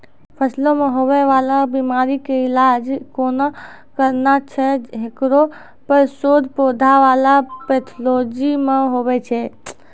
फसलो मे हुवै वाला बीमारी के इलाज कोना करना छै हेकरो पर शोध पौधा बला पैथोलॉजी मे हुवे छै